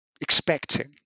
expecting